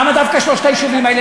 למה דווקא שלושת היישובים האלה?